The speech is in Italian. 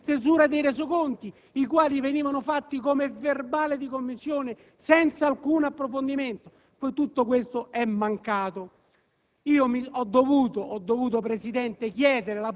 Questo si rifletteva anche sulla stesura dei resoconti, i quali venivano fatti come verbale di Commissione, senza alcun approfondimento. Tutto questo è mancato.